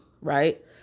right